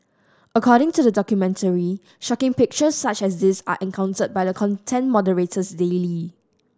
according to the documentary shocking pictures such as these are encountered by the content moderators daily